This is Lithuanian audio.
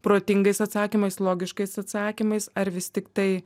protingais atsakymais logiškais atsakymais ar vis tiktai